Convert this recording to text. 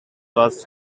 was